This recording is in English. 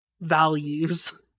values